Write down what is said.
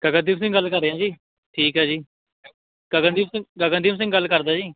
ਗਗਨਦੀਪ ਸਿੰਘ ਗੱਲ ਕਰ ਰਿਹਾ ਜੀ ਠੀਕ ਹੈ ਜੀ ਗਗਨਦੀਪ ਸਿੰਘ ਗਗਨਦੀਪ ਸਿੰਘ ਗੱਲ ਕਰਦਾ ਜੀ